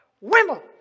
Wimble